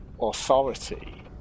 authority